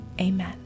amen